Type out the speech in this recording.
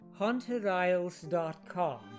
HauntedIsles.com